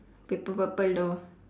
p~ purple purple door